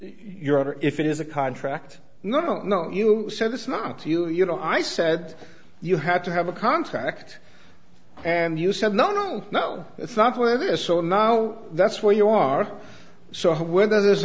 honor if it is a contract no no you said it's not you you know i said you had to have a contract and you said no no no that's not where this so now that's where you are so when there's